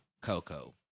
Coco